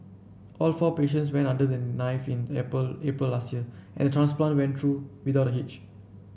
all four patients went under the knife in April April last year and transplant went through without a hitch